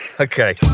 Okay